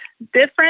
different